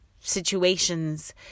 situations